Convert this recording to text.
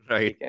Right